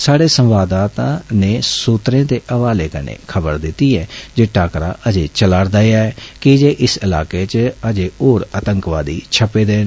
साढे संवाददाता नै सुरक्षासूत्रें दे हवाले कन्नै खबर दिती ऐ टाकरा अजें चलाऽ करदा ऐ कीजे इस इलाके च अजें होर आतंकवादी छप्पे दे न